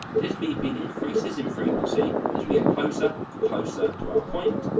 this beeping increases in frequency as we get closer and closer to our point.